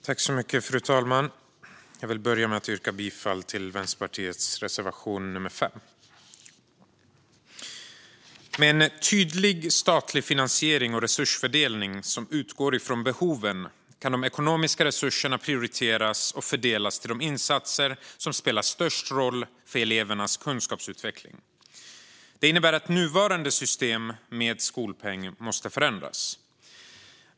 Fru talman! Jag vill börja med att yrka bifall till Vänsterpartiets reservation 5. Med en tydlig statlig finansiering och resursfördelning som utgår från behoven kan de ekonomiska resurserna prioriteras och fördelas till de insatser som spelar störst roll för elevernas kunskapsutveckling. Det innebär att nuvarande system med skolpeng måste förändras.